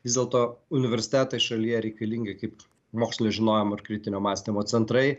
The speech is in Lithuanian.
vis dėlto universitetai šalyje reikalingi kaip mokslinio žinojimo ir kritinio mąstymo centrai